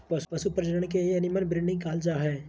पशु प्रजनन के ही एनिमल ब्रीडिंग कहल जा हय